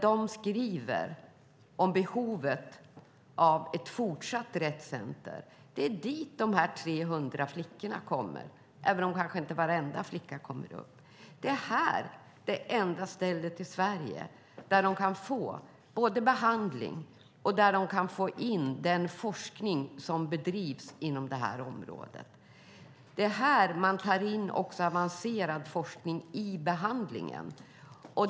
De skriver om behovet av ett fortsatt Rett Center. Det är dit dessa 300 flickor kommer, även om kanske inte varenda flicka kommer dit. Detta är det enda ställe i Sverige där de kan få behandling och där man kan få in den forskning som bedrivs inom området. Det är här man tar in avancerad forskning i behandlingen.